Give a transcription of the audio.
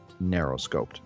narrow-scoped